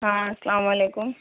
ہاں السلام علیکم